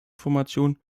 formation